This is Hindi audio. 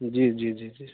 जी जी जी जी